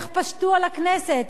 איך פשטו על הכנסת,